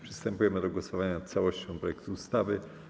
Przystępujemy do głosowania nad całością projektu ustawy.